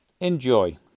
Enjoy